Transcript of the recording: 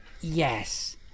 yes